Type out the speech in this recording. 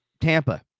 Tampa